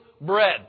bread